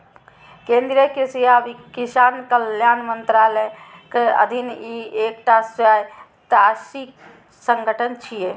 केंद्रीय कृषि आ किसान कल्याण मंत्रालयक अधीन ई एकटा स्वायत्तशासी संगठन छियै